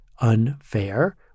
unfair